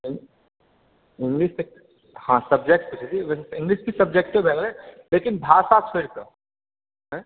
English तऽ हँ subject English भी सबजेक्टे भेलै लेकिन भाषा छोड़िके